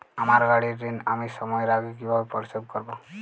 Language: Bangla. আমার গাড়ির ঋণ আমি সময়ের আগে কিভাবে পরিশোধ করবো?